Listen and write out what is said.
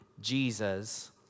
Jesus